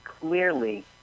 clearly